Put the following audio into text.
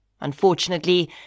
Unfortunately